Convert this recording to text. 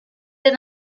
der